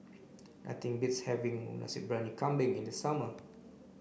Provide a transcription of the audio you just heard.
nothing beats having Nasi Briyani Kambing in the summer